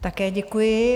Také děkuji.